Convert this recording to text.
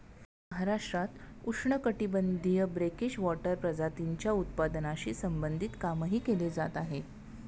महाराष्ट्रात उष्णकटिबंधीय brackish water प्रजातींच्या उत्पादनाशी संबंधित कामही केले जात आहे